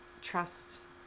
trust